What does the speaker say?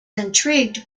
intrigued